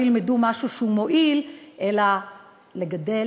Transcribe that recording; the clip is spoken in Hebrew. קראתי את הנאום שהכינו לי, את הדפים.